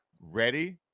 ready